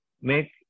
make